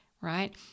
right